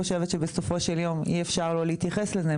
אבל אני חושבת שבסופו של יום אי אפשר לא להתייחס לזה.